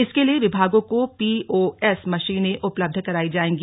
इसके लिए विभागों को पी ओ एस मशीनें उपलब्ध करायी जायेंगी